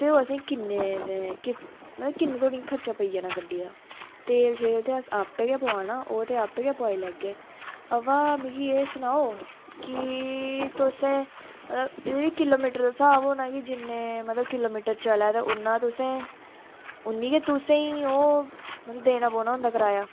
ओह् आसेगी किन्ने तोडी खर्चा पेई जाना गड्डी दा तेल शेल ते अस आपें गै पाना ते आपें गै पवाई लैगे अबा मिगी एह् सनाओ कि तुसे एहदा बी किलोमिटर दा स्हाब होना जिन्ने मतलब किलोमीटर चले ते ना तुसे उन्नी गै तुसें मतलब देना पौना होंदा किराया